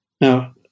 Now